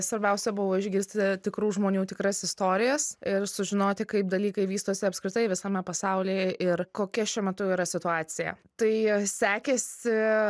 svarbiausia buvo išgirsti tikrų žmonių tikras istorijas ir sužinoti kaip dalykai vystosi apskritai visame pasaulyje ir kokia šiuo metu yra situacija tai sekėsi